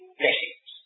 blessings